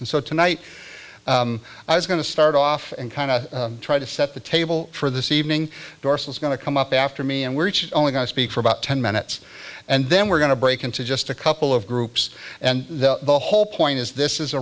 and so tonight i was going to start off and kind of try to set the table for this evening is going to come up after me and we're only going to speak for about ten minutes and then we're going to break into just a couple of groups and the whole point is this is